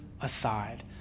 aside